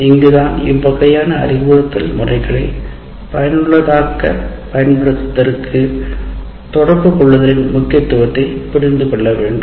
இங்குதான் வகையான அறிவுறுத்தல் முறைகளை பயனுள்ளதாக்க பயன்படுத்துவதற்கு இவ்வகையான தொடர்பில் முக்கியத்துவத்தை புரிந்து கொள்ள வேண்டும்